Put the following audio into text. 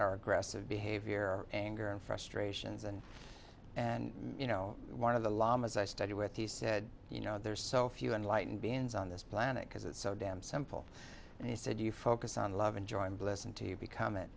our aggressive behavior anger and frustrations and and you know one of the lamas i studied with he said you know there's so few enlightened beings on this planet because it's so damn simple and he said you focus on love and joy and bliss until you become it